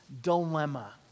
dilemma